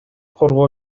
коргоо